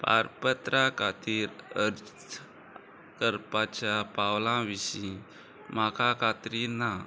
पारपत्रा खातीर अर्ज करपाच्या पावलां विशीं म्हाका खात्री ना